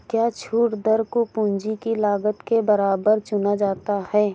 क्या छूट दर को पूंजी की लागत के बराबर चुना जाता है?